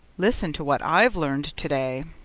listen to what i've learned to-day.